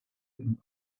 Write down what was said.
hiding